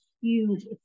huge